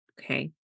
okay